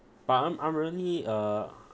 but I'm I'm really uh